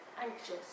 anxious